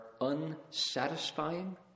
unsatisfying